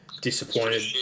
disappointed